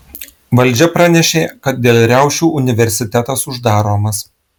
valdžia pranešė kad dėl riaušių universitetas uždaromas